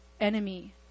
enemy